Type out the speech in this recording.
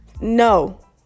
no